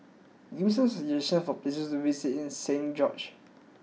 give me some suggestions for places to visit in Saint George